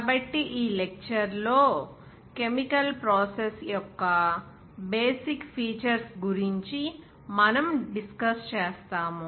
కాబట్టి ఈ లెక్చర్ లో కెమికల్ ప్రాసెస్ యొక్క బేసిక్ ఫీచర్స్ గురించి మనం డిస్కస్ చేస్తాము